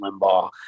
Limbaugh